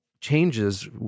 changes